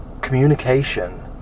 communication